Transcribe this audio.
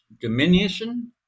diminution